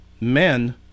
men